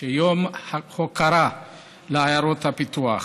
של יום ההוקרה לעיירות הפיתוח.